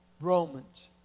Romans